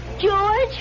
George